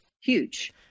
Huge